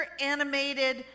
animated